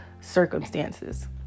circumstances